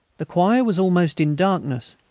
the choir was almost in darkness,